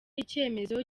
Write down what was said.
icyemezo